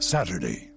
Saturday